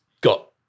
got